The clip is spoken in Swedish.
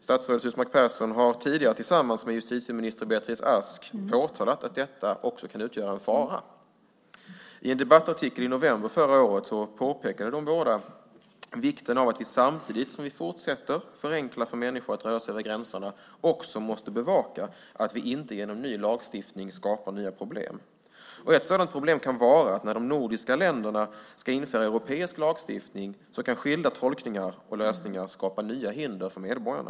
Statsrådet Husmark Pehrsson har tidigare tillsammans med justitieminister Beatrice Ask påtalat att detta också kan utgöra en fara. I en debattartikel i november förra året pekade båda på vikten av att vi, samtidigt som vi fortsätter att förenkla för människor att röra sig över gränserna, också bevakar att vi inte genom ny lagstiftning skapar nya problem. Ett sådant problem kan vara att när de nordiska länderna ska införa europeisk lagstiftning kan skilda tolkningar och lösningar skapa nya hinder för medborgarna.